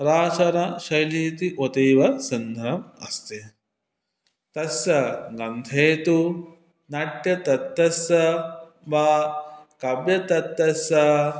पराशरशैली इति अतीव सुन्दरम् अस्ति तस्य गन्धे तु नाट्यतत्त्वस्य वा काव्यतत्त्वस्य